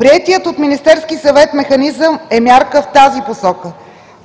механизъм от Министерския съвет е мярка в тази